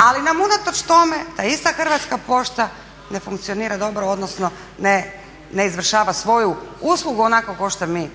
Ali nam unatoč tome ta ista Hrvatska pošta ne funkcionira dobro odnosno ne izvršava svoju uslugu onako kao što mi